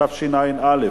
התשע"א